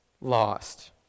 lost